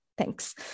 Thanks